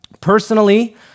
Personally